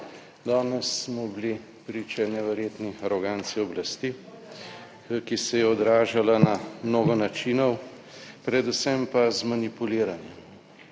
Danes smo bili priča neverjetni aroganci oblasti, ki se je odražala na mnogo načinov, predvsem pa z manipuliranjem.